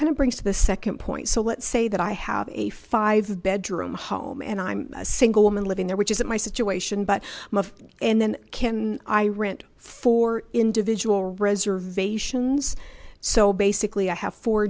of brings to the second point so let's say that i have a five bedroom home and i'm a single woman living there which isn't my situation but i'm a and then can i rent for individual reservations so basically i have four